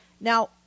Now